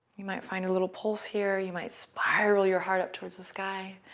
you might find a little pulse here. you might spiral your heart up towards the sky.